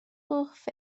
hoff